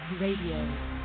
Radio